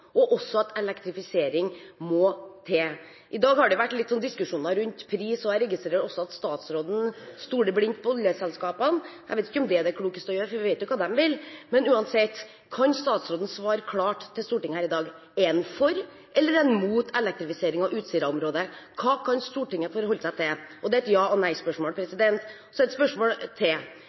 og også at elektrifisering må til. I dag har det vært litt diskusjoner rundt pris, og jeg registrerer også at statsråden stoler blindt på oljeselskapene. Jeg vet ikke om det er det klokeste å gjøre, for vi vet jo hva de vil. Men uansett spør jeg statsråden om han kan svare klart til Stortinget her i dag: Er han for eller er han mot elektrifisering av Utsira-området – hva kan Stortinget forholde seg til? Det er et ja- eller nei-spørsmål. Så et spørsmål til: